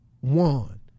one